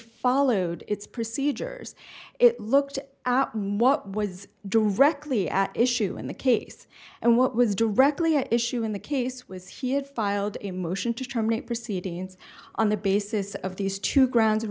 followed its procedures it looked what was directly at issue in the case and what was directly a issue in the case was he had filed a motion to terminate proceedings on the basis of these two ground